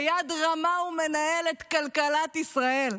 ביד רמה הוא מנהל את כלכלת ישראל.